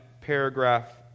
paragraph